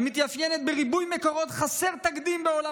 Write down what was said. המתאפיינת בריבוי מקורות חסר תקדים בעולם